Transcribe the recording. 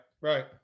right